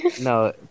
No